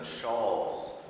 shawls